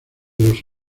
los